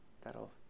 That'll